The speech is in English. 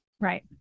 Right